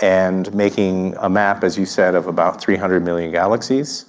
and making a map, as you said, of about three hundred million galaxies.